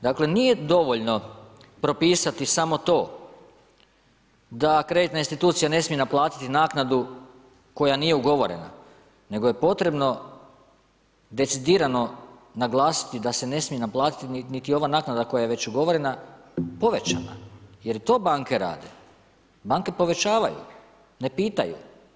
Dakle, nije dovoljno propisati samo to da kreditna institucija ne smije naplatiti naknadu koja nije ugovorena, nego je potrebno decidirano naglasiti da se ne smije naplatiti niti ova naknada koja je već ugovorena povećana jer i to banke rade, banke povećavaju, ne pitaju.